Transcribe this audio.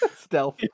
stealth